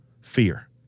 Fear